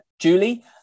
Julie